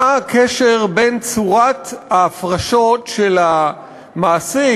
מה הקשר בין צורת ההפרשות של המעסיק,